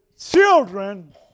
Children